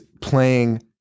playing